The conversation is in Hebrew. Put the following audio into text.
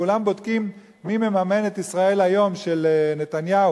כולם בודקים מי מממן את "ישראל היום" של נתניהו,